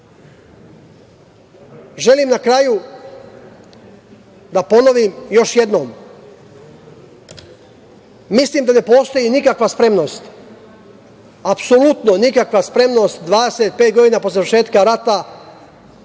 stvar. Želim na kraju da ponovim još jednom. Mislim da ne postoji nikakva spremnost, apsolutno nikakva spremnost za 25 godina po završetku rata